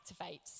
activate